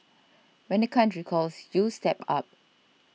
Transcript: when the country calls you step up